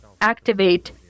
activate